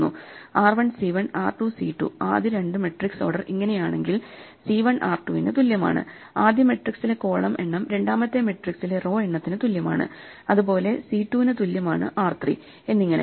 r 1 c 1 r 2 c 2 ആദ്യ രണ്ട് matrix order അങ്ങനെയാണെങ്കിൽ c 1 r 2 ന് തുല്യമാണ് ആദ്യ മെട്രിക്സിലെ കോളം എണ്ണം രണ്ടാമത്തെ മെട്രിക്സിലെ റോ എണ്ണത്തിന് തുല്യമാണ് അതുപോലെ c 2 ന് തുല്യമാണ് r 3 എന്നിങ്ങനെ